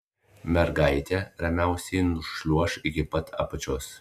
mergaitė ramiausiai nušliuoš iki pat apačios